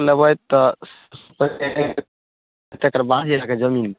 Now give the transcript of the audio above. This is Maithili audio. लेबै तऽ तकर बाद जे जमीन